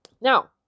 Now